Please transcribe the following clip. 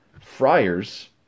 Friars